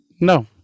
No